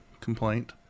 complaint